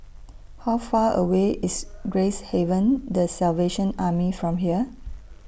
How Far away IS Gracehaven The Salvation Army from here